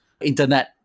internet